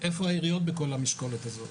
איפה העיריות בכל המשקולת הזאת,